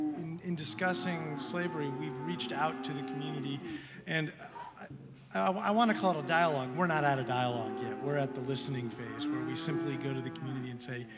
in in discussing slavery, we've reached out to the community and i want to call it a dialogue. we're not a dialogue yet, we're at the listening phase where we simply go to the community and say,